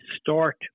start